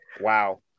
Wow